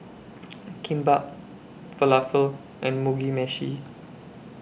Kimbap Falafel and Mugi Meshi